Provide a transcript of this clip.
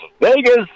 Vegas